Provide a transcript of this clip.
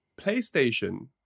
PlayStation